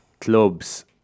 clubs